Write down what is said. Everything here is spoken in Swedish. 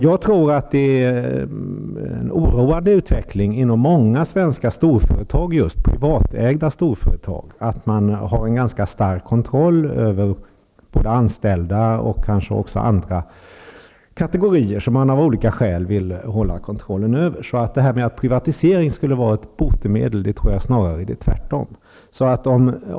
Jag tror att det är en oroande utveckling inom många svenska privatägda storföretag att de har en ganska stark kontroll över de anställda och kanske också andra kategorier som de av olika skäl vill ha kontroll över. Jag tror inte att detta med privatisering skulle vara ett botemedel, snarare tvärtom.